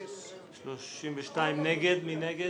מי נגד?